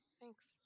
thanks